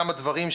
כמה דברים,